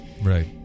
Right